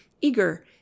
eager